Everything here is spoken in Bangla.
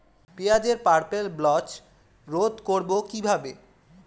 পেঁয়াজের পার্পেল ব্লচ রোধ করবো কিভাবে?